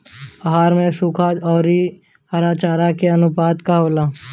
आहार में सुखा औरी हरा चारा के आनुपात का होला?